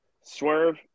Swerve